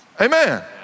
amen